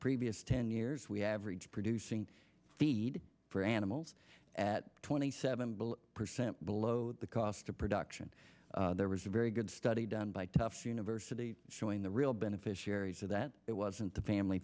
previous ten years we averaged producing feed for animals at twenty seven percent below the cost of production there was a very good study done by tufts university showing the real beneficiaries of that it wasn't the family